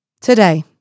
today